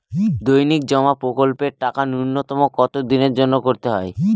দৈনিক জমা প্রকল্পের টাকা নূন্যতম কত দিনের জন্য করতে হয়?